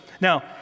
now